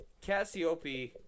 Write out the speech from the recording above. Cassiope